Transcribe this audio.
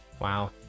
Wow